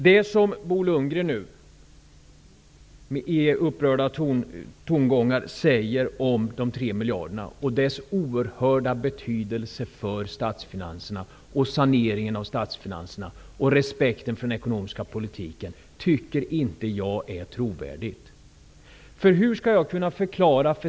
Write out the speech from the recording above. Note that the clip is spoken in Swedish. Det som Bo Lundgren nu säger, i upprörda tongångar, om de 3 miljarderna och deras oerhörda betydelse för statsfinanserna, för saneringen av statsfinanserna och för respekten för den ekonomiska politiken, är inte trovärdigt.